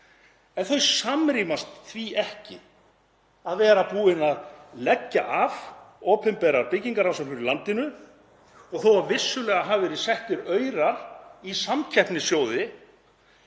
En þau samrýmast því ekki að vera búin að leggja af opinberar byggingarrannsóknir í landinu og þó að vissulega hafi verið settir aurar í samkeppnissjóði